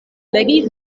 legi